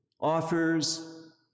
offers